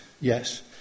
yes